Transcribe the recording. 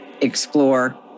explore